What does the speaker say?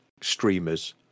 streamers